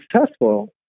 successful